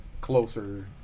closer